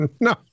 No